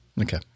Okay